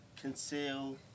conceal